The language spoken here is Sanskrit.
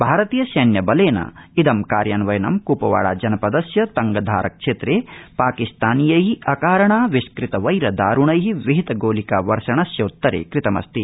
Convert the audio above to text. भारतीय सैन्यबलेने कार्यान्वयनं क्पवाड़ा जनप स्य तंगधार क्षेत्रे पाकिस्तानीयै अकारणाविष्कृत वैर ारुणै विहित गोलिका वर्षणस्योतरे कृतमस्ति